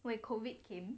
when COVID came